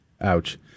Ouch